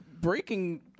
breaking